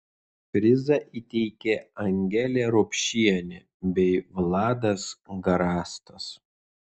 prizą įteikė angelė rupšienė bei vladas garastas